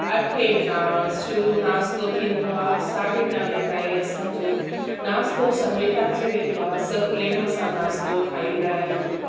अठे खां शुरु नास्तो थींदो आहे साढी नवे ताईं असांजो नास्तो समेटिजी वेंदो आहे सभु प्रेम सां नास्तो खाईंदा आहियूं